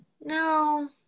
No